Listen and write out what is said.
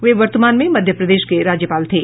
वे वर्तमान में मध्यप्रदेश के राज्यपाल थे